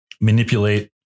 manipulate